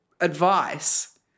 advice